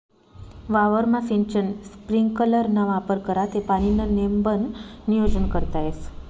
वावरमा सिंचन स्प्रिंकलरना वापर करा ते पाणीनं नेमबन नियोजन करता येस